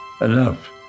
enough